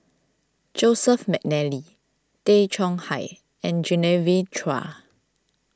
Joseph McNally Tay Chong Hai and Genevieve Chua